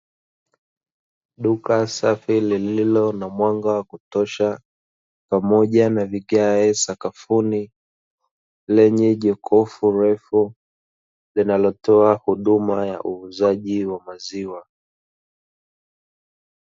Duka safi lililo na mwanga wa kutosha pamoja na vigae sakafuni, lenye jokofu refu linalotoa huduma ya uuzaji wa maziwa.